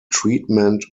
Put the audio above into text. treatment